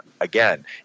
again